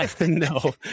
No